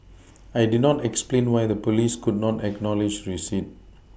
I did not explain why the police could not acknowledge receipt